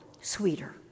sweeter